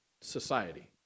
society